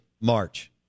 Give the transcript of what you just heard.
March